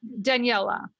Daniela